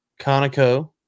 Conoco